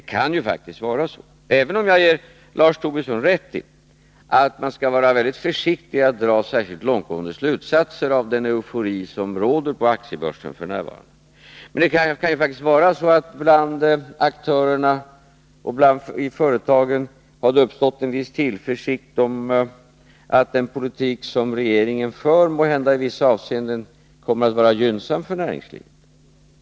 Även om jag ger Lars Tobisson rätt i att man skall vara väldigt försiktig med att dra särskilt långtgående slutsatser av den eufori som råder på aktiebörsen f. n., kan det ju faktiskt vara så, att det bland aktörerna på börsen och i företagen har uppstått en viss tillförsikt om att den politik som regeringen för måhända i vissa avseenden kommer att vara gynnsam för näringslivet.